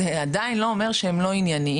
זה עדיין לא אומר שהם לא ענייניים.